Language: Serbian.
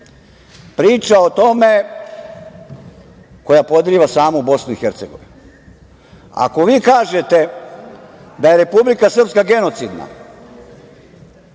priča o tome koja podriva samu BiH. Ako vi kažete da je Republika Srpska genocid,